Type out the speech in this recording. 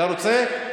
אתה רוצה?